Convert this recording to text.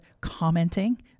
commenting